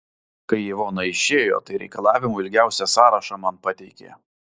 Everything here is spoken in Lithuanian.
kai ivona išėjo tai reikalavimų ilgiausią sąrašą man pateikė